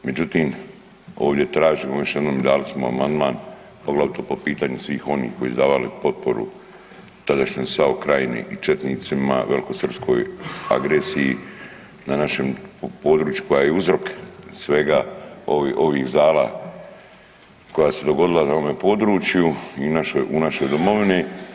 Međutim, ovdje tražimo još jednom i dali smo amandman poglavito po pitanju svih onih koji su davali potporu tadašnjoj SAO krajini i četnicima, velikosrpskoj agresiji na našem području koja je uzrok svega ovih zala koja su se dogodila na ovome području i u našoj Domovini.